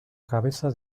cabeza